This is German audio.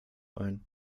ein